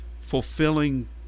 fulfilling